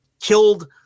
killed